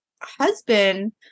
husband